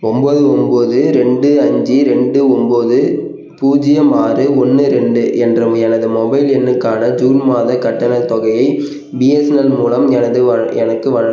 ஒம்பது ஒம்பது ரெண்டு அஞ்சு ரெண்டு ஒம்பது பூஜ்ஜியம் ஆறு ஒன்று ரெண்டு என்ற எனது மொபைல் எண்ணுக்கான ஜூன் மாதக் கட்டணத் தொகையை பிஎஸ்என்எல் மூலம் எனது வ எனக்கு வழங்